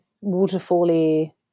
waterfall-y